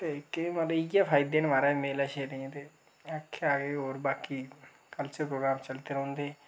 ते केईं बारी महाराज इयै फायदे न महाराज मेले शेले दे में आखेआ के होर बाकी कल्चरल प्रोग्राम चलदे रौंह्दे